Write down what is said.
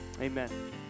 Amen